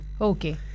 okay